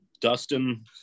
dustin